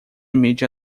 mídia